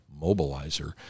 mobilizer